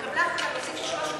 התקבלה החלטה להוסיף 300 תקנים,